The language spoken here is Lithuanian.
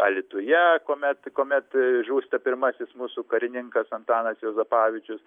alytuje kuomet kuomet žūsta pirmasis mūsų karininkas antanas juozapavičius